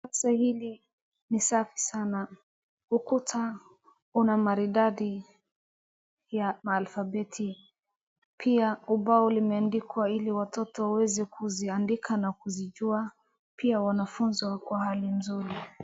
Darasa hili ni safi sana. Ukuta una maridadi ya alfabeti, pia ubao umeandikwa ili watoto waweze kuziandika na kuzijua, pia wanafunzi wako katika hali nzuri.